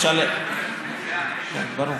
ברור.